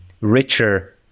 richer